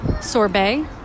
sorbet